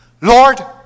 Lord